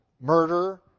murder